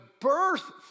birth